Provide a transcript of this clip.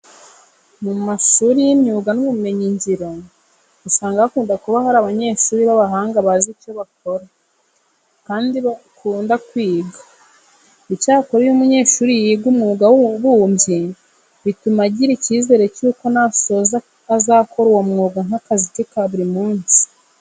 Mu mashuri y'imyuga n'ubumenyingiro usanga hakunda kuba hari abanyeshuri b'abahanga bazi icyo bakora kandi bakunda kwiga. Icyakora iyo umunyeshuri yiga umwuga w'ububumbyi bituma agira icyizere cyuko nasoza kwiga azakora uwo mwuga nk'akazi ke ka buri munsi.